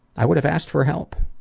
i would have asked for help.